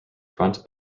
front